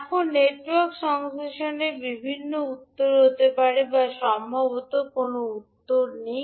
এখন নেটওয়ার্ক সংশ্লেষণে বিভিন্ন উত্তর হতে পারে বা সম্ভবত কোনও উত্তর নেই